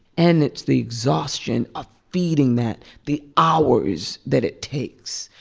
and it's the exhaustion of feeding that, the hours that it takes,